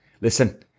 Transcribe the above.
listen